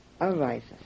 arises